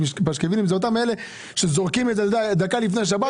זה אותם אלה שזורקים את זה דקה לפני שבת,